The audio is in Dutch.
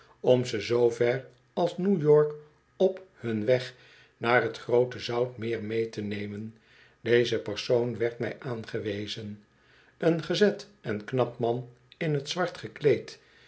om ze zoo ver als newyork op hun weg naar t groote zoutmeer mee te nemen deze persoon werd mij aangewezen een gezet en knap man in t zwart gekleed